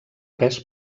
pes